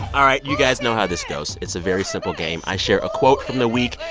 all right, you guys know how this goes. it's a very simple game. i share a quote from the week.